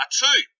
two